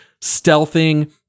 stealthing